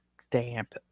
stamp